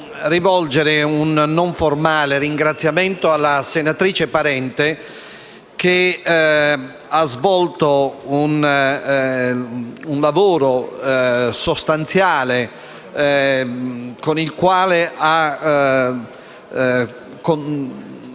rivolgere un non formale ringraziamento alla senatrice Parente, che ha svolto un lavoro sostanziale, con il quale ha